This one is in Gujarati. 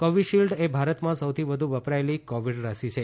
કોવિશિલ્ડ એ ભારતમાં સૌથી વધુ વપરાયેલી કોવિડ રસી છે